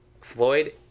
Floyd